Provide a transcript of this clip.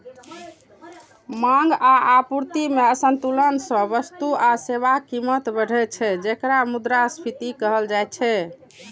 मांग आ आपूर्ति मे असंतुलन सं वस्तु आ सेवाक कीमत बढ़ै छै, जेकरा मुद्रास्फीति कहल जाइ छै